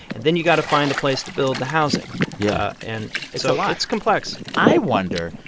and then you got to find a place to build the housing yeah and. it's a lot it's complex i wonder,